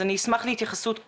אז אני אשמח להתייחסות כזאת,